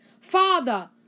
Father